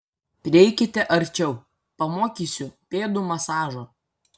prieikite arčiau pamokysiu pėdų masažo